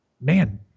man